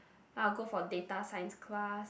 then I'll go for data science class